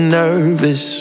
nervous